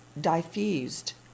diffused